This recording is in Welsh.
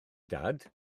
dad